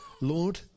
Lord